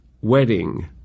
wedding